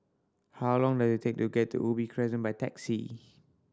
how long does it take to get to Ubi Crescent by taxi